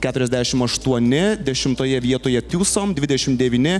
keturiasdešimt aštuoni dešimtoje vietoje twosome dvidešimt devyni